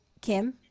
Kim